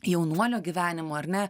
jaunuolio gyvenimo ar ne